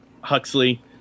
Huxley